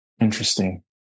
Interesting